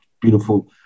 Beautiful